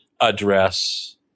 address